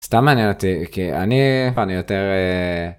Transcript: סתם מעניין אותי כי... אני יותר.